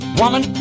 woman